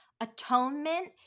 Atonement